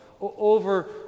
over